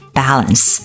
balance